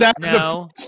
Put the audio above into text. No